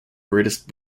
greatest